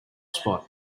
spot